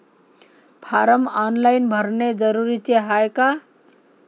Form online भरने जरुरीचे हाय का?